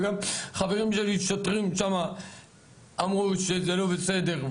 וגם חברים שלי שוטרים שם אמרו שזה לא בסדר,